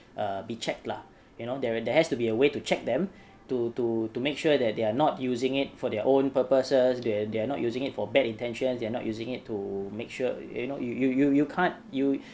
err be checked lah you know there there has to be a way to check them to to to make sure that they're not using it for their own purposes they they're not using it for bad intentions they are not using it to make sure you know you you you you can't you